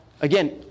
again